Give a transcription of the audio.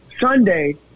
Sunday